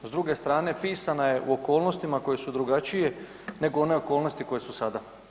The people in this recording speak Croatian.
S druge strane, pisana je u okolnostima koje su drugačije nego one okolnosti koje su sada.